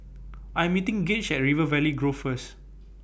I Am meeting Gage At River Valley Grove First